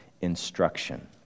instruction